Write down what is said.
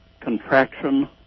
contraction